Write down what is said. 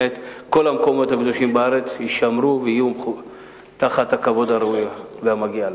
המקומות הקדושים בארץ יישמרו בכבוד הראוי והמגיע להם.